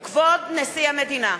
כבוד נשיא המדינה!